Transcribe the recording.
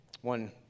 One